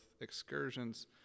excursions